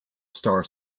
star